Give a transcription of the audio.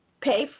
Pay